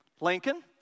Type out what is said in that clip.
Lincoln